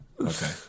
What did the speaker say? Okay